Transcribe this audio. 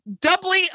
doubly